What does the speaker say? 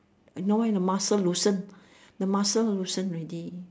know why the muscle loosen the muscle loosen already